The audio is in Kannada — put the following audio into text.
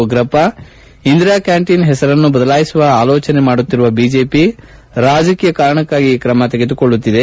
ಉಗ್ರಪ್ಪ ಇಂದಿರಾ ಕ್ಯಾಂಟೀನ್ ಹೆಸರನ್ನು ಬದಲಾಯಿಸುವ ಆಲೋಚನೆ ಮಾಡುತ್ತಿರುವ ಬಿಜೆಪಿ ರಾಜಕೀಯ ಕಾರಣಕ್ಕಾಗಿ ಈ ಕ್ರಮ ತೆಗೆದುಕೊಳ್ಳುತ್ತಿದೆ